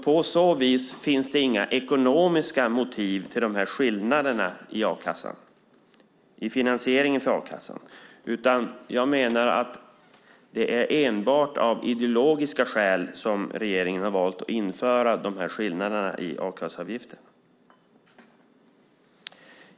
På så vis finns det inga ekonomiska motiv i finansieringen av a-kassan. Jag menar att det enbart är av ideologiska skäl som regeringen valt att införa skillnaderna i a-kasseavgiften.